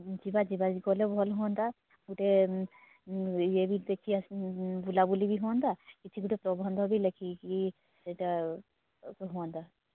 ଯିବା ଯିବା ଗଲେ ଭଲ ହୁଅନ୍ତା ଗୋଟେ ଇଏ ବି ଦେଖି ବୁଲାବୁଲି ହୁଅନ୍ତି କିଛି ଗୋଟେ ପ୍ରବନ୍ଧ ବି ଲେଖିକି ସେଇଟା ହୁଅନ୍ତା